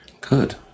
Good